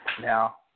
Now